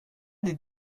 did